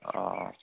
অঁ